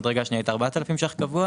המדרגה השנייה הייתה 4,000 ש"ח קבוע